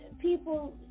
people